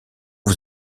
que